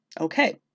Okay